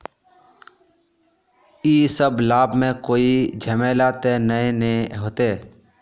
इ सब लाभ में कोई झमेला ते नय ने होते?